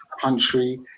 country